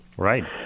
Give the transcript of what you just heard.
Right